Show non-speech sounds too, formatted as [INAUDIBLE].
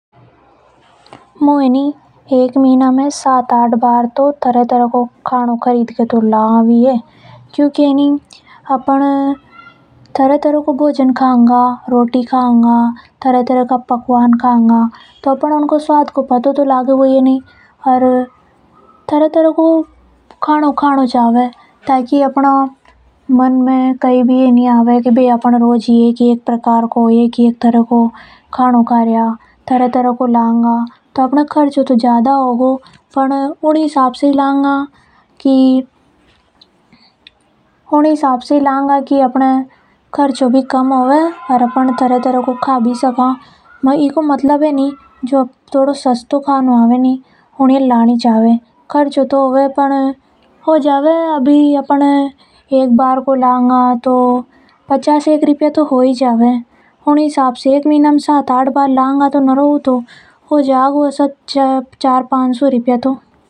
मु है नि साथ दन मे तरह तरह को खानो खरीद के लाऊ ही है, क्योंकि अगर अपन तरह तरह को भोजन कांगा को अपन न ऊके स्वाद को प तो तो लगेगा ही। अपन ये तरह तरह को खानो खानी चाव ताकि अपन न यो नि लगे कि अपन एक ही एक तरह को खानो का रिया। [HESITATION] अपन खानो उन्हीं हिसाब से लांगआ की अपन उन्हीं ये का सका। क्योंकि ज्यादा लाभआ से अपने भी ज्यादा खर्चों होवे। और खानो बच जाबो ऊ कई काम भी नि आवे।